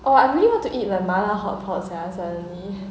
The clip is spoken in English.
oh I really want to eat lah 麻辣 hotpot sia suddenly